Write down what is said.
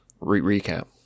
recap